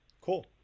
Cool